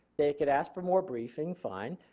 they could ask for more briefing, fine.